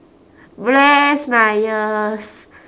rest my ears